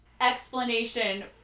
explanation